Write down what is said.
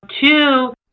Two